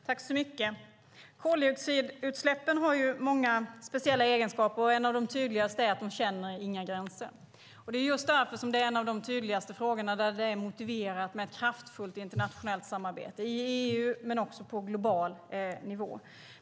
Herr talman! Koldioxidutsläppen har många speciella egenskaper. En av de tydligaste är att de inte känner några gränser. Det är just därför som det är en av de tydligaste frågorna där det är motiverat med ett kraftfullt internationellt samarbete i EU men också på global nivå.